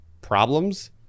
problems